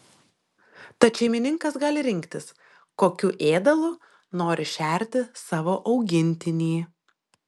tad šeimininkas gali rinktis kokiu ėdalu nori šerti savo augintinį